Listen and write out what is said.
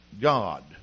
God